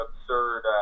absurd